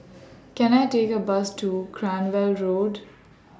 Can I Take A Bus to Cranwell Road